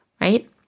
Right